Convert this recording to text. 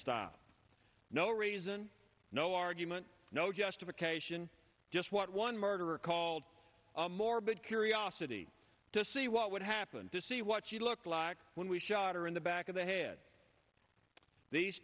style no reason no argument no justification just what one murderer called a morbid curiosity to see what would happen to see what she looked like when we shot her in the back of the head these